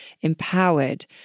empowered